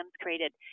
created